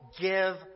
give